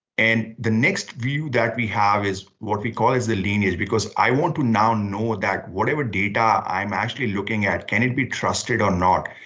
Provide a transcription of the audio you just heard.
and the next view that we have is what we call is the lineage, because i want to now know that whatever data i'm actually looking at, can it be trusted or not?